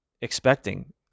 expecting